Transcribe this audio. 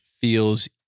feels